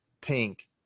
pink